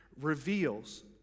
reveals